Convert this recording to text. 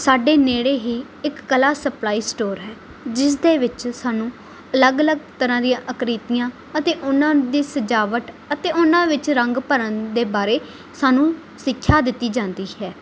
ਸਾਡੇ ਨੇੜੇ ਹੀ ਇੱਕ ਕਲਾ ਸਪਲਾਈ ਸਟੋਰ ਹੈ ਜਿਸ ਦੇ ਵਿੱਚ ਸਾਨੂੰ ਅਲੱਗ ਅਲੱਗ ਤਰ੍ਹਾਂ ਦੀਆਂ ਆਕ੍ਰਿਤੀਆਂ ਅਤੇ ਉਹਨਾਂ ਦੀ ਸਜਾਵਟ ਅਤੇ ਉਹਨਾਂ ਵਿੱਚ ਰੰਗ ਭਰਨ ਦੇ ਬਾਰੇ ਸਾਨੂੰ ਸਿੱਖਿਆ ਦਿੱਤੀ ਜਾਂਦੀ ਹੈ